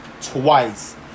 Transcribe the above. twice